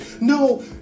no